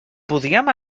podríem